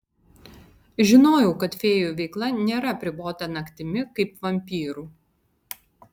žinojau kad fėjų veikla nėra apribota naktimi kaip vampyrų